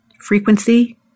frequency